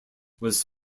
was